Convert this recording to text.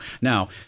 Now